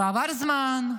ועבר זמן,